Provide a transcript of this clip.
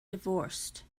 divorced